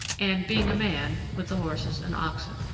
and being a man with the horses and oxen.